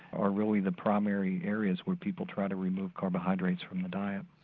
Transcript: are really the primary areas where people try to remove carbohydrates from the diet.